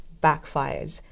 backfired